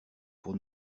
pour